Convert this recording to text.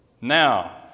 Now